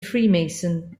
freemason